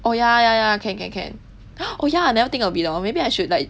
oh ya ya ya can can can oh ya I never think of it hor maybe I should like